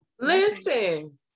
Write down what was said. Listen